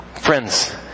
Friends